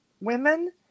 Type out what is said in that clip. women